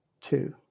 Two